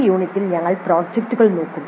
ഈ യൂണിറ്റിൽ ഞങ്ങൾ പ്രോജക്റ്റുകൾ നോക്കും